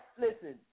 listen